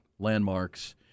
landmarks